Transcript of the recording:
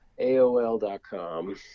AOL.com